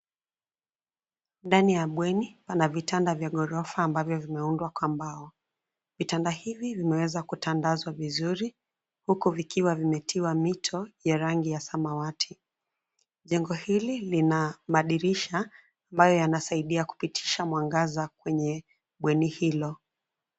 Ndani ya bweni pana vitanda vya ghorofa ambavyo vimeundwa kwa mbao. Vitanda hivi vimeweza kutandazwa vizuri huku vikiwa vimetiwa mito ya rangi ya samawati. Jengo hili lina madirisha ambaye yanasaidia kupitisha mwangaza kwenye bweni hilo.